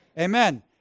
Amen